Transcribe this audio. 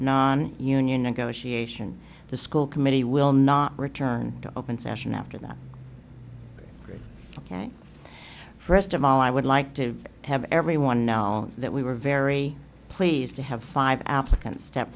non union negotiation the school committee will not return to open session after that ok first of all i would like to have everyone know that we were very pleased to have five applicants step